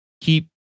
keep